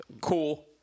cool